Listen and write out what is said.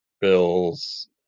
bills